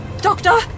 Doctor